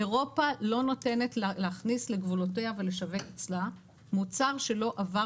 אירופה לא נותנת להכניס לגבולותיה ולשווק אצלה מוצר שלא עבר